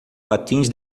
patins